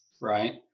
right